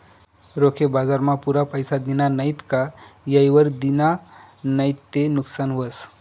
रोखे बजारमा पुरा पैसा दिना नैत का येयवर दिना नैत ते नुकसान व्हस